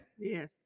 Yes